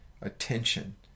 attention